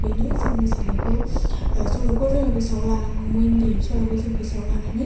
बेनो जों मोसानायखौ सल'खौ जोङो गोसोयाव लानांगौ मेइनलि सल'खौ जों गोसोयाव लानानै